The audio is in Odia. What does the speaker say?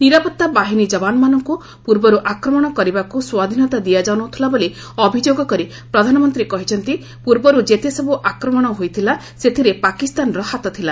ନିରାପତ୍ତା ବାହିନୀ ଯବାନମାନଙ୍କୁ ପୂର୍ବରୁ ଆକ୍ରମଣ କରିବାକୁ ସ୍ୱାଧୀନତା ଦିଆଯାଉ ନଥିଲା ବୋଲି ଅଭିଯୋଗ କରି ପ୍ରଧାନମନ୍ତ୍ରୀ କହିଛନ୍ତି ପୂର୍ବରୁ ଯେତେସବୁ ଆକ୍ରମଣ ହୋଇଥିଲା ସେଥିରେ ପାକିସ୍ତାନର ହାତ ଥିଲା